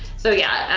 so, yeah.